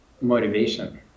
motivation